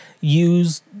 use